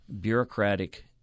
bureaucratic